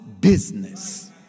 business